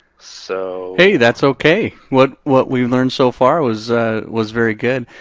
so hey, that's okay. what what we've learned so far was was very good.